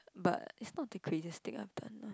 but it's not the craziest thing I have done lah